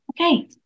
okay